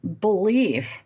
believe